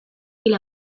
hil